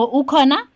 ukona